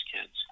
kids